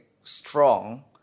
strong